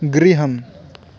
गृहम्